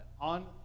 on